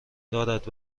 دارد